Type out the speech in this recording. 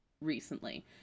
recently